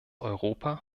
europa